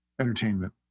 entertainment